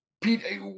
Pete